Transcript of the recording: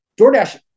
DoorDash